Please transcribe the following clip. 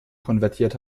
konvertiert